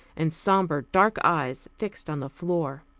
and sombre dark eyes fixed on the floor.